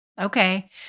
okay